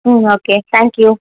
ம் okay thank you